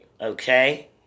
okay